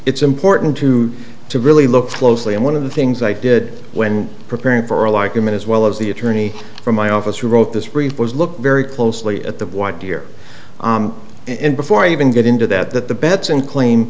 it's important to to really look closely and one of the things i did when preparing for a like human as well as the attorney for my office who wrote this brief was look very closely at the white deer and before i even get into that that the bets in claim